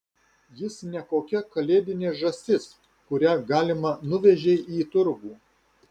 jis ne kokia kalėdinė žąsis kurią galima nuvežei į turgų